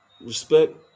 Respect